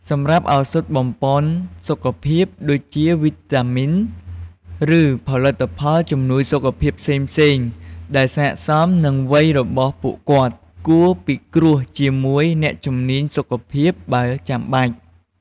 សម្រាប់ឱសថបំប៉នសុខភាព ដូចជាវីតាមីន ឬផលិតផលជំនួយសុខភាពផ្សេងៗដែលស័ក្តិសមនឹងវ័យរបស់ពួកគាត់ (គួរពិគ្រោះជាមួយអ្នកជំនាញសុខភាពបើចាំបាច់)។